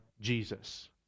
Jesus